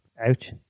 Ouch